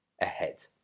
ahead